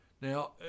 Now